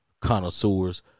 connoisseurs